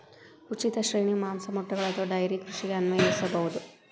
ಉಚಿತ ಶ್ರೇಣಿಯು ಮಾಂಸ, ಮೊಟ್ಟೆಗಳು ಅಥವಾ ಡೈರಿ ಕೃಷಿಗೆ ಅನ್ವಯಿಸಬಹುದು